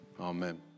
Amen